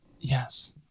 Yes